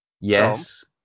Yes